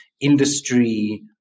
industry